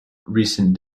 recent